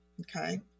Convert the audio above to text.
okay